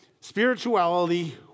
spirituality